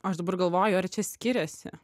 aš dabar galvoju ar čia skiriasi